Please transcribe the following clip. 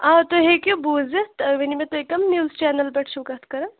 آ تُہۍ ہیٚکِو بوٗزِتھ تُہۍ ؤنِو مےٚ تُہۍ کَم نِوٕز چنل پٮ۪ٹھ چھِو کَتھ کَران